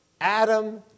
Adam